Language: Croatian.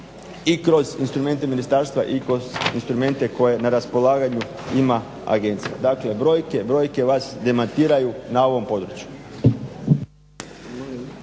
i kroz instrumente ministarstva i kroz instrumente koje na raspolaganju ima agencija. Dakle, brojke vas demantiraju na ovom području.